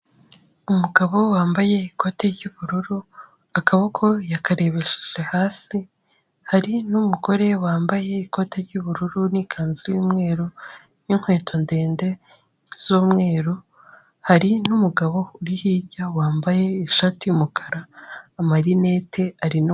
Umugabo wambaye ikoti ry'ubururu akaboko yakarebesheje hasi, hari n'umugore wambaye ikoti ry'ubururu n'ikanzu y'umweru, n'inkweto ndende z'umweru, hari n'umugabo uri hirya wambaye ishati y'umukara amarinete arimo...